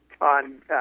On